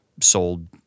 sold